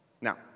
Now